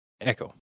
Echo